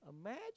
Imagine